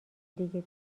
دیگه